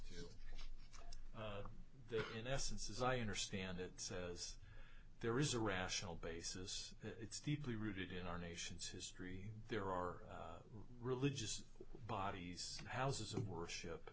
so in essence as i understand it said there is a rational basis it's deeply rooted in our nation's history there are religious bodies houses of worship